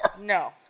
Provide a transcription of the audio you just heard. No